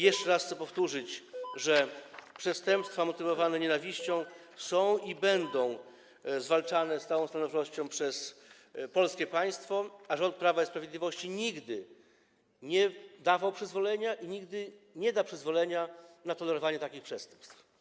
Jeszcze raz chcę powtórzyć, że przestępstwa motywowane nienawiścią są i będą zwalczane z całą stanowczością przez polskie państwo, a rząd Prawa i Sprawiedliwości nigdy nie dawał i nigdy nie da przyzwolenia na tolerowanie takich przestępstw.